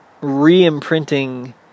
re-imprinting